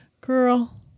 girl